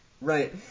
Right